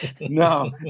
no